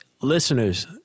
Listeners